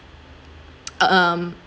um